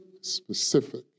specific